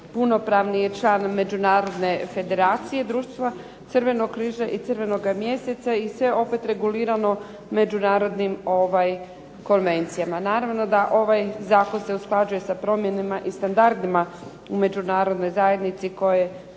punopravni je član međunarodne federacije društva Crvenog križa i crvenoga mjeseca i sve opet regulirano međunarodnim konvencijama. Naravno da ovaj zakon se usklađuje sa promjenama i standardima u međunarodnoj zajednici kojoj